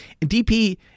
DP